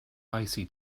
icy